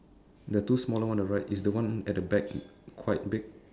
the two smaller on the right is the one at the back quite big